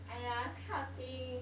!aiya! this kind of thing